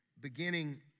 beginning